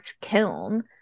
kiln